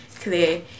clear